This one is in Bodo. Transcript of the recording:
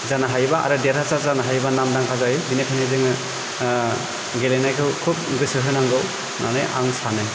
जानो हायोबा आरो देरहासार जानो हायोबा नामदांखा जानो हायोबा बिनिखायनो जोङो गेलेनायखौ खोब गोसो होनांगौ होनना आं सानो